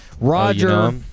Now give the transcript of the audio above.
Roger